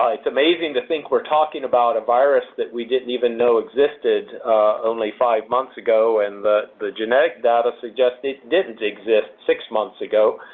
it's amazing to think we're talking about a virus that we didn't even know existed only five months ago and the the genetic data suggests it didn't exist six months ago,